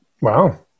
Wow